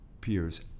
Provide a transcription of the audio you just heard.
peers